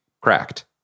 cracked